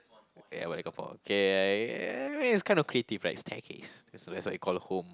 ya balik kampung okay it's kind of creative like staircase so that's why they call home